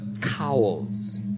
cowls